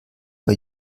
bei